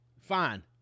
fine